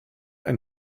ein